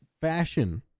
fashion